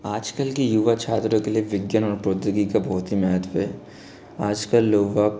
आजकल की युवा छात्रों के लिए विज्ञान और प्रौद्योगिकी का बहुत ही महत्व है आजकल युवक